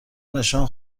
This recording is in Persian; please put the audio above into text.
نشان